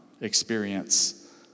experience